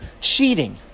cheating